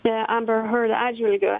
e amber herd atžvilgiu